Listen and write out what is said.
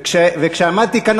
וכשעמדתי כאן,